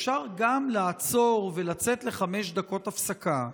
אפשר גם לעצור ולצאת לחמש דקות הפסקה.